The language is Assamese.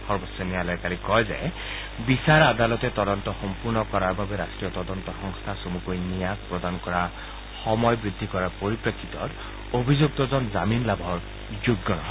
সৰ্বোচ্চ ন্যায়ালয়ে কালি কয় যে বিচাৰ আদালতে তদন্ত সম্পূৰ্ণ কৰাৰ বাবে ৰাষ্ট্ৰীয় তদন্ত্ সংস্থা চমুকৈ নিয়াক প্ৰদান কৰা সময় বৃদ্ধি কৰাৰ পৰিপ্ৰেক্ষিতত অভিযুক্তজন জামিন লাভৰ যোগ্য হয়